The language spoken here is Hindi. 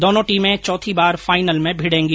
दोनो टीमें चौथी बार फाईनल में भिडेगी